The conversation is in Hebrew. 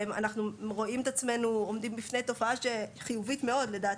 אנחנו רואים את עצמנו עומדים בפני תופעה שהיא חיובית מאוד לדעתי,